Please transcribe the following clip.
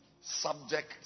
subject